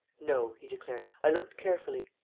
no, he declared. i looked carefully.